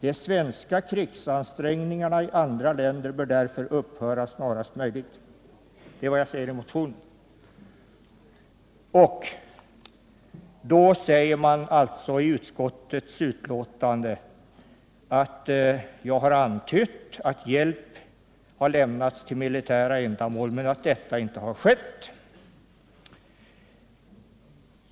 De svenska ”krigsansträngningarna” i andra länder bör därför upphöra snarast möjligt.” I utskottsbetänkandet säger man att jag har antytt att hjälp har lämnats till militära ändamål, men att det inte har skett.